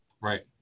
Right